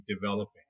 developing